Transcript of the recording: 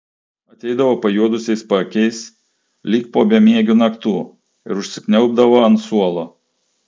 ateidavo pajuodusiais paakiais lyg po bemiegių naktų ir užsikniaubdavo ant suolo